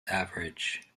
average